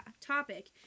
topic